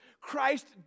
Christ